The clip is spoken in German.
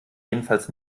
jedenfalls